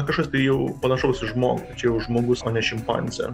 kažkas tai jau panašaus į žmogų čia jau žmogus o ne šimpanzė